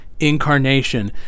incarnation